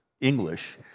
English